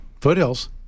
Foothills